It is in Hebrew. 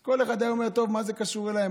אז כל אחד היה אומר: טוב, מה זה קשור אליי?